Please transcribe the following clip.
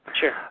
Sure